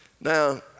Now